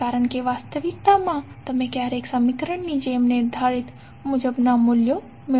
કારણ કે વાસ્તવિક દૃશ્યમાં તમને ક્યારેય સમીકરણની જેમ નિર્ધારિત મુજબના પીક વેલ્યુ મેળવશો નહીં